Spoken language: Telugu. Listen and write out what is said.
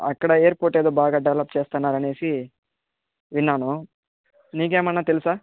అక్కడ ఎయిర్పోర్ట్ ఏదో బాగా డెవలప్ చేస్తున్నారు అని విన్నాను నీకేమైనా తెలుసా